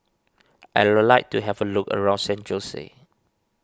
I would like to have a look around San Jose